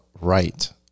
right